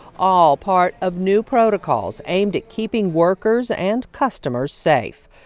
all part of new protocols aimed at keeping workers and customers safe.